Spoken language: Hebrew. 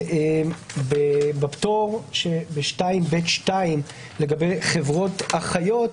בפטור בסעיף 2ב(2) לגבי חברות אחיות,